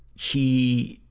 he,